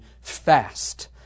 Fast